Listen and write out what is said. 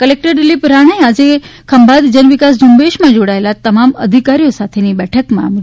collector Dilip રાણાએ આજે ખંભાત જનવિકાસ ઝૂંબેશમાં જોડાયેલા તમામ અધિકારીઓ સાથેની બેઠકમાં જણાવ્યું હતું